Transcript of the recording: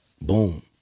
boom